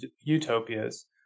utopias